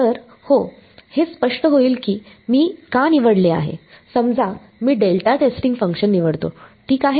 तर हो हे स्पष्ट होईल की मी का निवडले आहे समजा मी डेल्टा टेस्टिंग फंक्शन्स निवडतो ठीक आहे